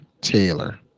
Taylor